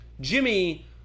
Jimmy